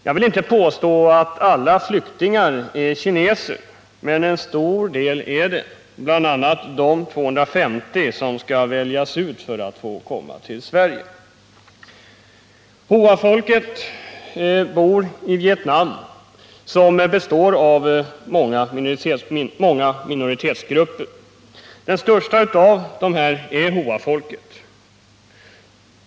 Jag vill inte påstå att alla flyktingar är kineser, men en stor del är det, bl.a. de 250 som skall väljas ut för att ”få” komma till Sverige. Hoafolket bor i Vietnam, vars befolkning innehåller många minoritetsgrupper. Den största av dessa är Hoafolket.